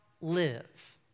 live